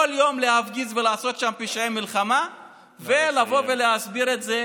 כל יום להפגיז ולעשות שם פשעי מלחמה ולבוא ולהסביר את זה